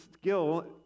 skill